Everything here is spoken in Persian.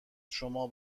شما